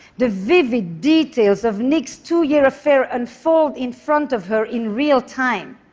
the vivid details of nick's two-year affair unfold in front of her in real time,